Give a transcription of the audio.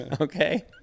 okay